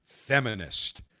Feminist